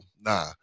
nah